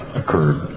occurred